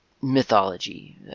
mythology